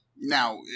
Now